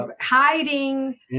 hiding